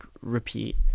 Repeat